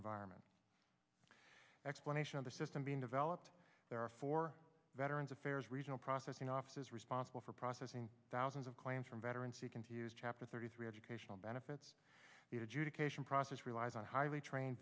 environment explanation of the system being developed there are four veterans affairs regional processing offices responsible for processing thousands of claims from veterans seeking to use chapter thirty three educational benefits the adjudication process relies on highly trained